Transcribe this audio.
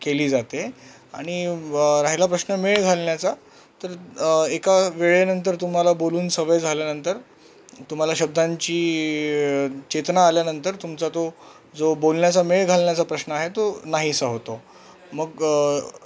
केली जाते आणि राहिला प्रश्न मेळ घालण्याचा तर एका वेळेनंतर तुम्हाला बोलून सवय झाल्यानंतर तुम्हाला शब्दांची चेतना आल्यानंतर तुमचा तो जो बोलण्याचा मेळ घालण्याचा प्रश्न आहे तो नाहीसा होतो मग